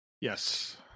Yes